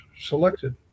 selected